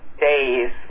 days